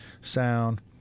sound